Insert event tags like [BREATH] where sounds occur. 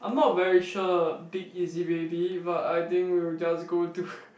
I'm not very sure big easy baby but I think we will just go to [BREATH]